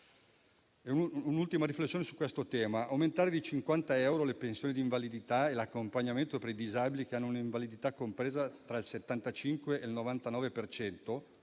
un'ultima riflessione su questo tema: aumentare di 50 euro le pensioni di invalidità e l'accompagnamento per i disabili che hanno un invalidità compresa tra il 75 e il 99